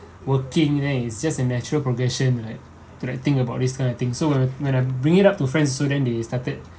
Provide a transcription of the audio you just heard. working eh just a natural progression right to that think about this kind of thing so when I when I bring it up to friends so then they started